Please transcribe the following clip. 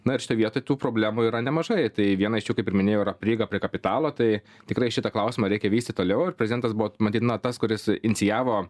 na ir šitoj vietoj tų problemų yra nemažai tai viena iš jų kaip ir minėjau yra prieiga prie kapitalo tai tikrai šitą klausimą reikia vystyt toliau ir prezidentas buvo matyt na tas kuris inicijavo